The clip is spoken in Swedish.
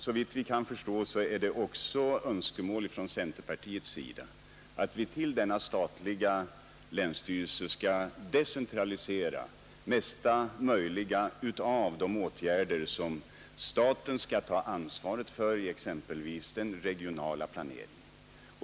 Såvitt vi kan förstå föreligger också önskemål från centerpartiets sida att vi till denna statliga länsstyrelse skall delegera det mesta möjliga av de åtgärder som staten skall ta ansvaret för i fråga om exempelvis den regionala planeringen.